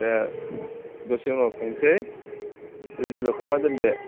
दे दसे उनाव थांसै रेडिल' खालामनानै दोन्दो